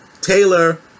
Taylor